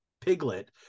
Piglet